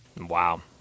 Wow